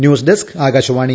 news desk Akashvani